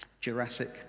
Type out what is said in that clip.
Jurassic